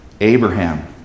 Abraham